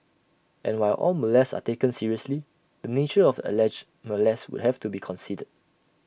and while all molests are taken seriously the nature of the alleged molest would have to be considered